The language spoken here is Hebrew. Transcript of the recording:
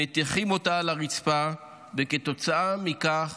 מטיחים אותה על הרצפה וכתוצאה מכך